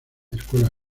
escuelas